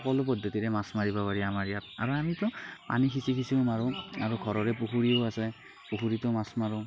সকলো পদ্ধতিৰে মাছ মাৰিব পাৰি আমাৰ ইয়াত আৰু আমিতো পানী সিচিঁ সিচিঁও মাৰোঁ আৰু ঘৰৰে পুখুৰীও আছে পুখুৰীতো মাছ মাৰোঁ